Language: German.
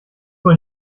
wohl